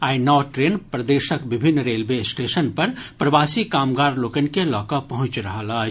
आइ नओ ट्रेन प्रदेशक विभिन्न रेलवे स्टेशन पर प्रवासी कामगार लोकनि के लऽ कऽ पहुंचि रहल अछि